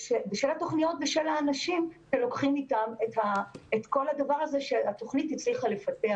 ושל האנשים שלוקחים איתם את כל מה שהתוכנית הצליחה לפתח.